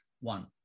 One